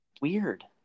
Weird